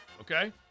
okay